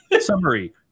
Summary